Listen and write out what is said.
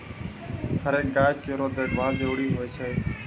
हरेक गाय केरो देखभाल जरूरी होय छै